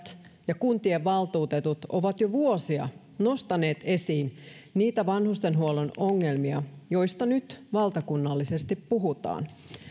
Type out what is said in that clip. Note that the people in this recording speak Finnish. ja kuntien valtuutetut ovat jo vuosia nostaneet esiin niitä vanhustenhuollon ongelmia joista nyt valtakunnallisesti puhutaan